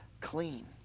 clean